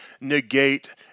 negate